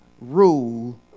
rule